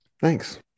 Thanks